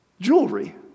Jewelry